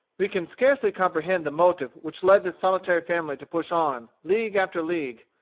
we can scarcely comprehend the motive which led this solitary family to push on, league after league,